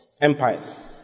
empires